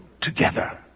together